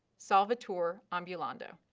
solvitur ambulando.